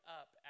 up